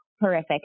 horrific